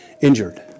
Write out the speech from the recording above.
injured